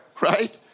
right